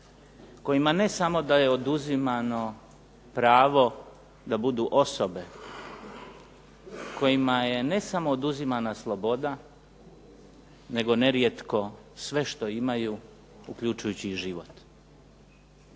kojima ne samo da je oduzimano pravo da budu osobe, kojima je ne samo oduzimana sloboda nego nerijetko sve što imaju uključujući i život.